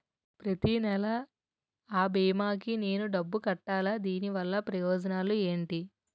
ప్రతినెల అ భీమా కి నేను డబ్బు కట్టాలా? దీనివల్ల ప్రయోజనాలు ఎంటి?